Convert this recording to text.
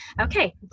okay